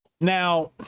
Now